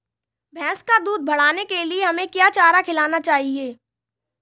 भैंस का दूध बढ़ाने के लिए हमें क्या चारा खिलाना चाहिए?